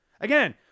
Again